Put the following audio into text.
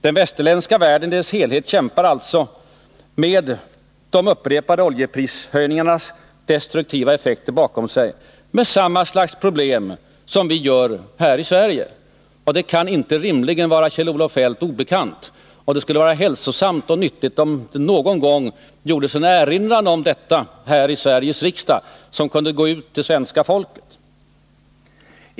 Den västerländska världen i sin helhet kämpar alltså — med de upprepade oljeprisstegringarnas destruktiva effekter bakom sig — med samma slags problem som vi har här i Sverige. Detta kan inte rimligen vara Kjell-Olof Feldt obekant, och det skulle vara hälsosamt och 65 nyttigt om det någon gång gjordes en erinran om detta här i Sveriges riksdag som kunde gå ut till svenska folket.